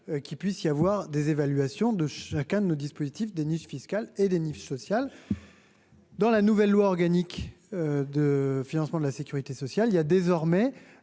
qu'il puisse y avoir des évaluations de chacun de nos dispositifs des niches fiscales et des niches sociales. Dans la nouvelle loi organique de financement de la Sécurité sociale, il y a désormais